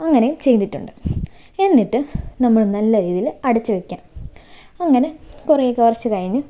അങ്ങനെയും ചെയ്തിട്ടുണ്ട് എന്നിട്ട് നമ്മൾ നല്ല രീതിയിൽ അടച്ച് വയ്ക്കുക അങ്ങനെ കുറേ കുറച്ച് കഴിഞ്ഞ്